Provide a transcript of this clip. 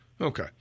Okay